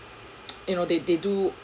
you know they they do